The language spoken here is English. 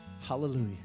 hallelujah